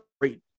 great